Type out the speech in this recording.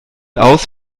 aus